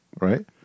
right